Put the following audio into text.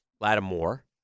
Lattimore